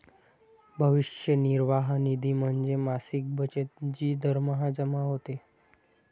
भविष्य निर्वाह निधी म्हणजे मासिक बचत जी दरमहा जमा होते